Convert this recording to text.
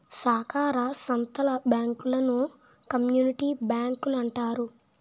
సాకార సంత్తల బ్యాంకులను కమ్యూనిటీ బ్యాంకులంటారు